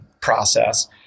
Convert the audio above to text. process